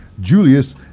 Julius